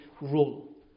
role